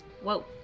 Whoa